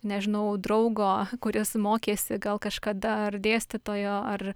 nežinau draugo kuris mokėsi gal kažkada ar dėstytojo ar